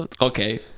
okay